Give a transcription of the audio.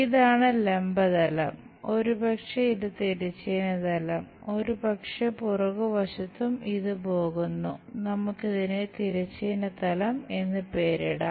ഇതാണ് ലംബ തലം ഒരുപക്ഷേ ഇത് തിരശ്ചീന തലം ഒരുപക്ഷേ പുറകുവശത്തും ഇത് പോകുന്നു നമുക്ക് ഇതിന് തിരശ്ചീന തലം എന്ന് പേരിടാം